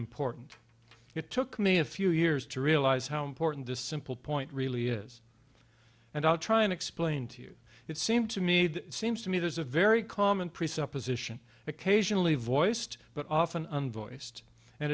important it took me a few years to realize how important this simple point really is and i'll try and explain to you it seemed to me that seems to me there's a very common presupposition occasionally voiced but often un voiced and